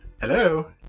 Hello